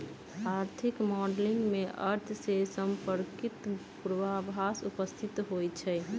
आर्थिक मॉडलिंग में अर्थ से संपर्कित पूर्वाभास उपस्थित होइ छइ